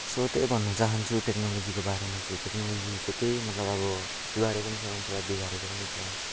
so त्यही भन्नु चाहन्छु टेक्नोलोजीको बारेमा चाहिँ टेक्नोलोजीले चाहिँ त्यही मतलब अब सुधारेको पनि छ मान्छेलाई बिगारेको पनि छ